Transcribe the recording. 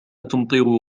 تمطر